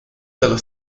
dello